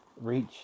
reach